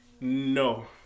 No